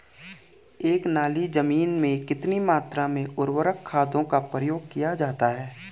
एक नाली जमीन में कितनी मात्रा में उर्वरक खादों का प्रयोग किया जाता है?